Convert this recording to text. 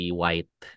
white